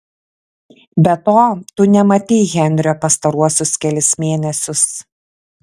be to tu nematei henrio pastaruosius kelis mėnesius